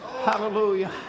Hallelujah